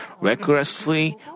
recklessly